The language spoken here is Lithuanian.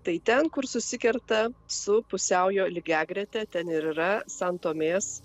tai ten kur susikerta su pusiaujo lygiagrete ten ir yra san tomės